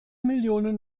millionen